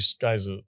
guys